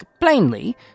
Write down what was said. plainly